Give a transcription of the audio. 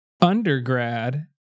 undergrad